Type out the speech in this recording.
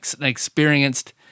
experienced